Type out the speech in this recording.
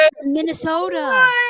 minnesota